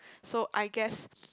so I guess